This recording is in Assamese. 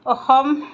অসম